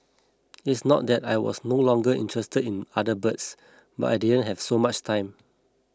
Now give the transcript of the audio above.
it's not that I was no longer interested in other birds but I didn't have so much time